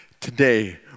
Today